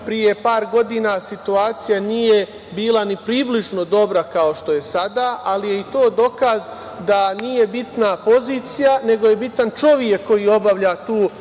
Pre par godina situacija nije bila ni približno dobra kao što je sada, ali je i to dokaz da nije bitna pozicija, nego je bitan čovek koji obavlja tu